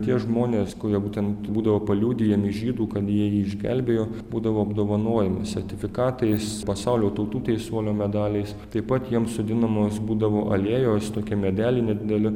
tie žmonės kurie būtent būdavo paliudijami žydų kad jie jį išgelbėjo būdavo apdovanojami sertifikatais pasaulio tautų teisuolio medaliais taip pat jiems sodinamos būdavo alėjos tokie medeliai nedideli